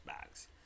bags